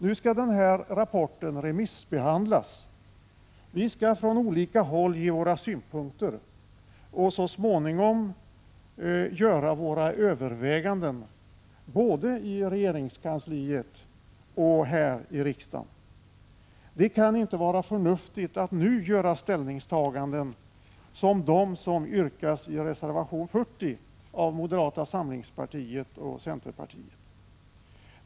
Nu skall den här rapporten remissbehandlas. Vi skall från olika håll ge våra synpunkter och så småningom göra våra överväganden, både i regeringskansliet och här i riksdagen. Det kan inte vara förnuftigt att nu göra ställningstaganden som de som yrkas i reservation 40 av moderata LE samlingspartiet och centerpartiet.